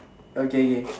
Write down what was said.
okay okay